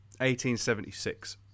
1876